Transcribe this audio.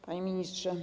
Panie Ministrze!